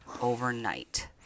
overnight